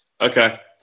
okay